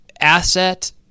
asset